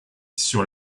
sur